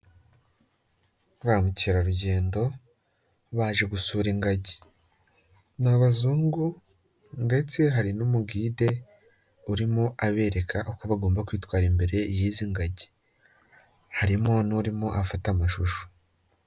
Ba mukerarugendo baje gusura ingagi, ni abazungu ndetse hari n'umugide urimo abereka uko bagomba kwitwara imbere y'izi ngagi, harimo n'urimo afata amashusho.